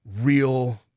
real